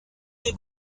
des